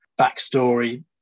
backstory